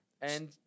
And-